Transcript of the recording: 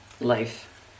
life